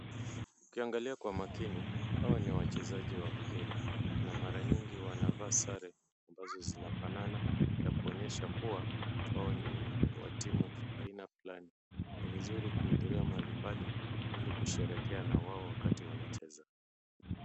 Ukiangalia kwa makini hawa ni wachezaji wa mpira. Na mara nyingi wanavaa sare ambazo zinafanana ya kuonyesha kuwa wao ni wa timu aina fulani. Ni vizuri kuhudhuria mahali pale ili kusherekea na wao wakati wanacheza.